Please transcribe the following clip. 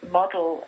model